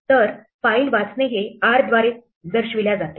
तर फाईल वाचणे हे 'r' द्वारे दर्शविल्या जाते